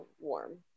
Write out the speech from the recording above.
warm